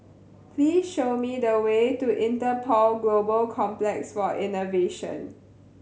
please show me the way to Interpol Global Complex for Innovation